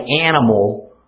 animal